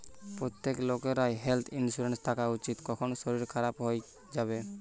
প্রত্যেক লোকেরই health insurance থাকা উচিত, কখন শরীর খারাপ হই যিবে